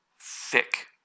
Thick